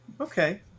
Okay